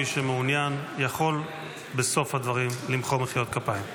מי שמעוניין יכול בסוף הדברים למחוא מחיאות כפיים,